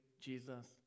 Jesus